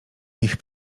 ich